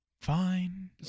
Fine